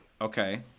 Okay